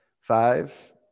Five